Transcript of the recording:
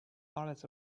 always